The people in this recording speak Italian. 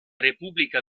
repubblica